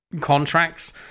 contracts